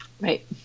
Right